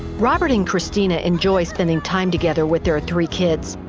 robert and christina enjoy spending time together with their three kids.